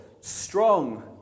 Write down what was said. strong